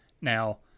Now